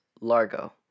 Largo